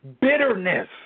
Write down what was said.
bitterness